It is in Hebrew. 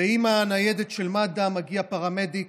עם הניידת של מד"א מגיע פרמדיק,